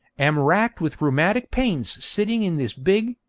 am racked with rheumatic pains sitting in this big,